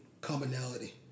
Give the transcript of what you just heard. commonality